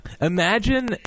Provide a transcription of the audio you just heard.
Imagine